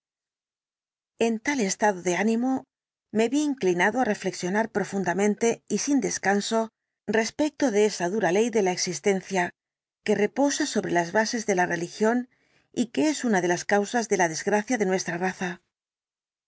en tal estado de ánimo me vi inclinado á reflexionar profundamente y sin descanso respecto de esa dura ley de la existencia que reposa sobre las bases de la religión y que es una de las causas de la desgracia de nuestra raza